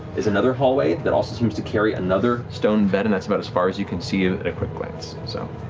there's another hallway that also seems to carry another stone bed and that's about as far as you can see at a quick glance, so.